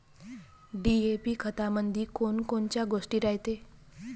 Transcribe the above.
DAP खतामंदी कोनकोनच्या गोष्टी रायते?